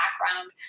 background